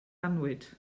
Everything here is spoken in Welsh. annwyd